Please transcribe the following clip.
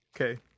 Okay